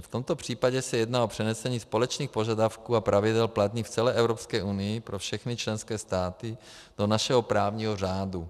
V tomto případě se jedná o přenesení společných požadavků a pravidel platných v celé Evropské unii pro všechny členské státy do našeho právního řádu.